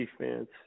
defense